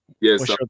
yes